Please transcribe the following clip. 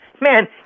man